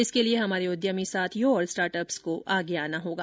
इसके लिए हमारे उद्यमी साथियों और स्टार्टअप्स को आगे आना होगा